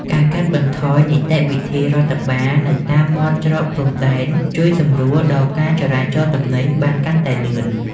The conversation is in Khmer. ការកាត់បន្ថយនីតិវិធីរដ្ឋបាលនៅតាមមាត់ច្រកព្រំដែន ជួយសម្រួលដល់ការចរាចរទំនិញបានកាន់តែលឿន។